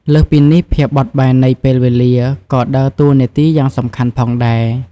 លើសពីនេះ ភាពបត់បែននៃពេលវេលា ក៏ដើរតួនាទីយ៉ាងសំខាន់ផងដែរ។